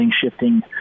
shifting